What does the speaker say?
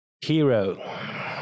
hero